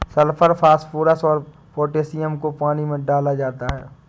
sulphur phosphorus और potassium को पानी में डाला जाता है